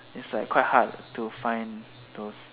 is like quite hard to find those